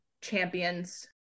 champions